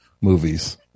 movies